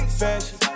fashion